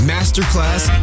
Masterclass